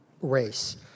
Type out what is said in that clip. race